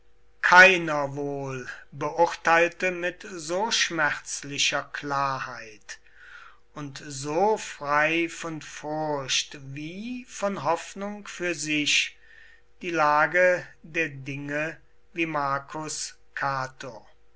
keiner wohl beurteilte mit so schmerzlicher klarheit und so frei von furcht wie von hoffnung für sich die lage der dinge wie marcus cato